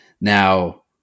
Now